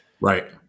Right